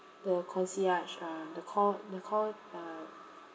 the concierge um the call the call uh